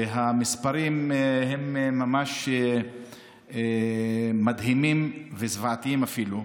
והמספרים ממש מדהימים, וזוועתיים אפילו.